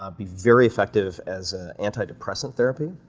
ah be very effective as an antidepressant therapy.